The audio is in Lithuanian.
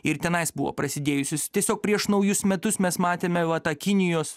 ir tenais buvo prasidėjusius tiesiog prieš naujus metus mes matėme va ta kinijos